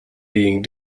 being